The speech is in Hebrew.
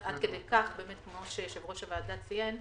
כמו שיושב ראש הוועדה ציין,